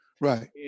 Right